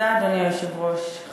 אדוני היושב-ראש, תודה.